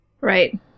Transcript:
Right